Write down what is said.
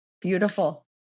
Beautiful